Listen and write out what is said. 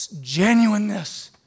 genuineness